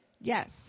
Yes